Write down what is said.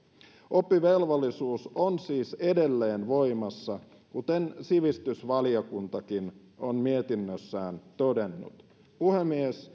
oppivelvollisuus on siis edelleen voimassa kuten sivistysvaliokuntakin on mietinnössään todennut puhemies